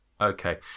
Okay